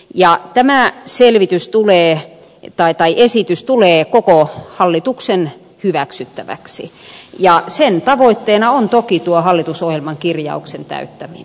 ja penää selvitys tulee tai tämä esitys tulee koko hallituksen hyväksyttäväksi ja sen tavoitteena on toki tuo hallitusohjelman kirjauksen täyttäminen